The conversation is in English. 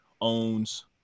owns